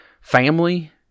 family